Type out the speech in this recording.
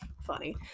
funny